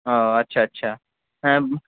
ও আচ্ছা আচ্ছা হ্যাঁ